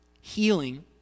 healing